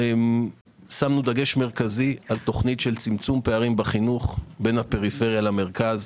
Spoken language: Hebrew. שמנו דגש מרכזי על תוכנית של צמצום פערים בחינוך בין פריפריה למרכז.